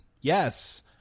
Yes